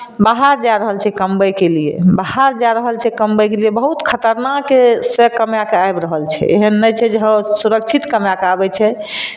बाहर जा रहल छै कमबैके लिए बाहर जा रहल छै कमबैके लिए बहुत खतरनाक से कमाएके आबि रहल छै एहन नहि छै जे हँ सुरक्षित कमाएके आबै छै बहुत